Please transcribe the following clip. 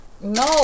No